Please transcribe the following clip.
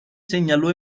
señaló